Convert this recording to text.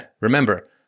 remember